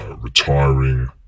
retiring